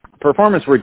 performance